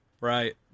Right